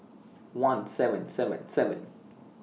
one seven seven seven